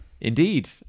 Indeed